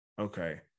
okay